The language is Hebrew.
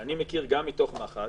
ואני מכיר גם מתוך מח"ש